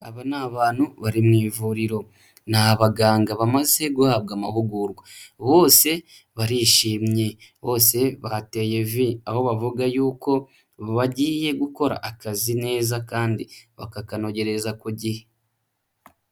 Aba ni abantu bari mu ivuriro, ni abaganga bamaze guhabwa amahugurwa, bose barishimye, bose bateye vi, aho bavuga y'uko bagiye gukora akazi neza kandi bakakanogereza ku gihe.